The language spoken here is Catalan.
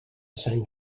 sant